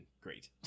great